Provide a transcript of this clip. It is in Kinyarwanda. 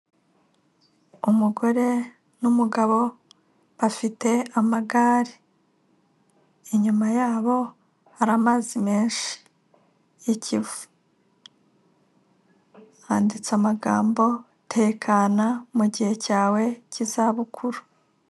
Umugore n'umugabo bafite amagare. Inyuma yabo hari amazi menshi y'ikivu. Handitse amagambo: "Tekana mu gihe cyawe cy'iza bukuru".